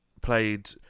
played